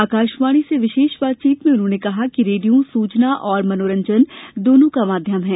आकाशवाणी से विशेष बातचीत में उन्होंने कहा कि रेडियो सूचना और मनोरंजन दोनों का माध्यम है